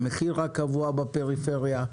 המחיר הקבוע בפריפריה,